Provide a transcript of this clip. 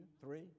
three